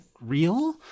real